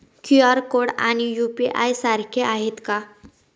QR code आणि UPI सारखे आहेत का?